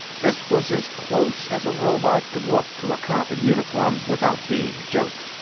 this was as close as a robot could look to a cop in uniform, without being a joke.